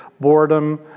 boredom